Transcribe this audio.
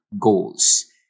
goals